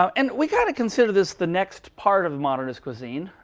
um and we kind of consider this the next part of modernist cuisine,